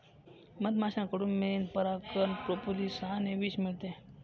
मधमाश्यांकडून मेण, परागकण, प्रोपोलिस आणि विष मिळते